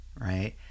right